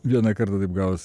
vieną kartą taip gavos